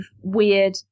weird